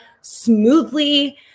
smoothly